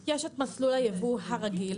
יש את מסלול היבוא הרגיל